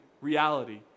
reality